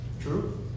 True